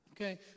Okay